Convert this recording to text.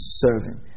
serving